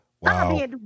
Wow